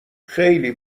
خیلی